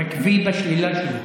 הוא עקבי בשלילה שלו.